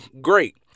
great